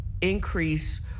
increase